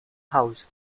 house